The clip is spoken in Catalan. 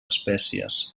espècies